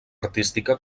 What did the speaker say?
artística